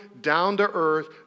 down-to-earth